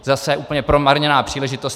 Zase úplně promarněná příležitost.